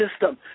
system